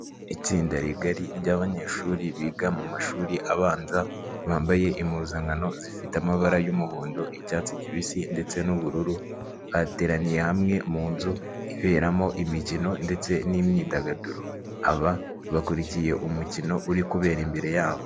Itsinda rigari ry'abanyeshuri biga mu mashuri abanza, bambaye impuzankano zifite amabara y'umuhondo' icyatsi kibisi ndetse n'ubururu, bateraniye hamwe mu nzu iberamo imikino ndetse n'imyidagaduro, aba bakurikiye umukino uri kubera imbere yabo.